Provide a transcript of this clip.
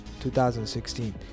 2016